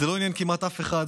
זה לא עניין כמעט אף אחד.